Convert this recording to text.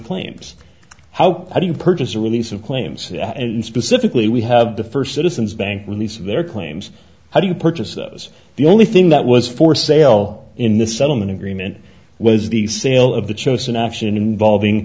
claims how do you purchase a release of claims and specifically we have the first citizens bank release of their claims how do you purchase those the only thing that was for sale in this settlement agreement was the sale of the chosin action involving